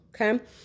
Okay